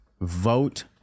vote